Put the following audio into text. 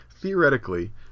Theoretically